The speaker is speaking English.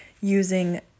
using